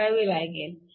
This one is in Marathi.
वापरावे लागेल